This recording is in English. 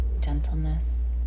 gentleness